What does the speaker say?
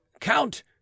count